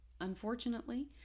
unfortunately